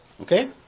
Okay